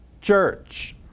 church